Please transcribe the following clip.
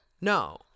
No